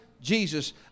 Jesus